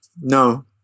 No